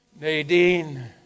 Nadine